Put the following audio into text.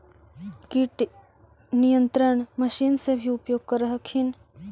किट नियन्त्रण मशिन से भी उपयोग कर हखिन?